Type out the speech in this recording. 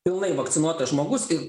pilnai vakcinuotas žmogus ir